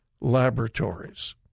Laboratories